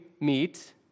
meet